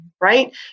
Right